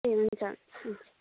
ए हुन्छ